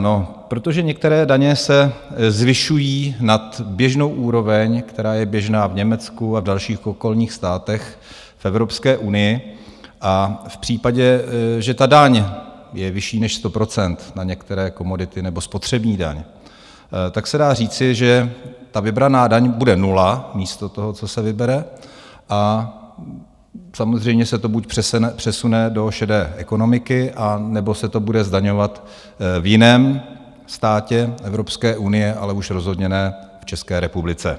No, protože některé daně se zvyšují nad běžnou úroveň, která je běžná v Německu a v dalších okolních státech v Evropské unii, a v případě, že ta daň je vyšší než 100 % na některé komodity nebo spotřební daň, tak se dá říci, že vybraná daň bude nula, a místo toho, co se vybere, a samozřejmě se to buď přesune do šedé ekonomiky, anebo se to bude zdaňovat v jiném státě Evropské unie, ale už rozhodně ne v České republice.